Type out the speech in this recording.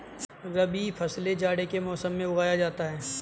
रबी फसल जाड़े के मौसम में उगाया जाता है